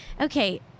Okay